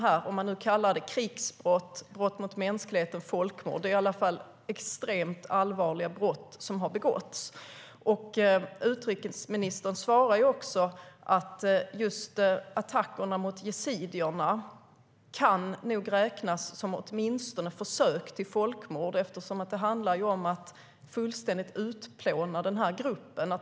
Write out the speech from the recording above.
Oavsett om man kallar det krigsbrott, brott mot mänskligheten eller folkmord är det extremt allvarliga brott som har begåtts. Utrikesministern svarar också att just attackerna mot yazidierna nog kan räknas som åtminstone försök till folkmord, eftersom det handlar om att fullständigt utplåna den här gruppen.